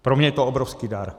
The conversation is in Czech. Pro mě je to obrovský dar.